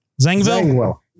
Zangwill